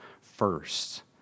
first